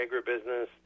agribusiness